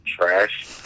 trash